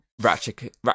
Ratchet